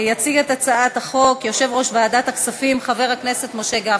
יציג את הצעת החוק יושב-ראש ועדת הכספים חבר הכנסת משה גפני.